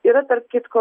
yra tarp kitko